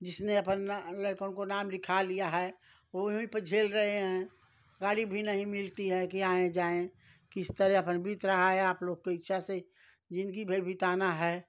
जिसने अपना लड़कन का नाम लिखा लिया है वह वहीं पर झेल रहे हैं गाड़ी भी नहीं मिलती है कि आएँ जाएँ किसी तरह अपनी बीत रही है आप लोग की इच्छा से ज़िन्दगी भर बिताना है